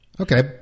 Okay